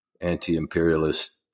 anti-imperialist